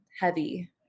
heavy